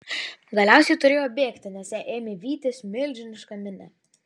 galiausiai turėjo bėgti nes ją ėmė vytis milžiniška minia